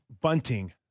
Bunting